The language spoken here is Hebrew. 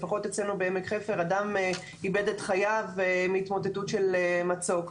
לפחות אצלנו בעמק חפר אדם איבד את חייו מהתמוטטות של מצוק,